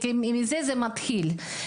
מפה זה מתחיל.